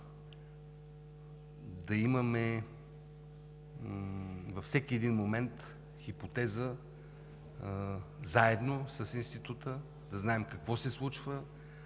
да имаме във всеки един момент хипотеза заедно с Института, да знаем какво се случва,